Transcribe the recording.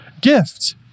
gift